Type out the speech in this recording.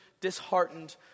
disheartened